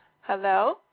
Hello